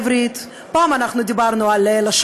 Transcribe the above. פעם אנחנו דיברנו על עבודה עברית,